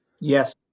Yes